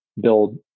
build